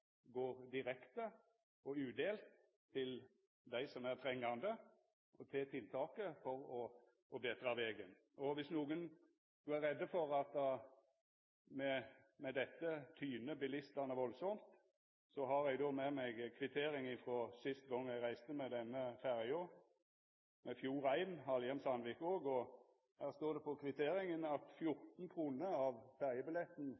går direkte og udelte til dei som er trengande, og til tiltaket for å betra vegen. Og viss nokon skulle vera redde for at ein med dette tyner bilistane voldsamt, har eg med meg ei kvittering frå den siste gangen eg reiste med denne ferja, Fjord1, Halhjem–Sandvikvåg, og her står det på kvitteringa at